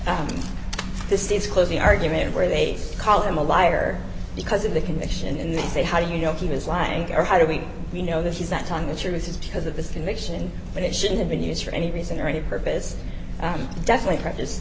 with the state's closing argument where they call him a liar because of the commission and they say how do you know he was lying or how do we we know that he's not telling the truth is because the conviction but it shouldn't have been used for any reason or any purpose and definitely practice